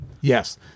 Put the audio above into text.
Yes